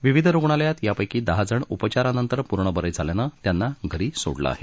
विविध रुग्णालयात यापैकी दहाजण उपचारानंतर पूर्ण बरे झाल्यानं त्यांना घरी सोडलं आहे